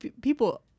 people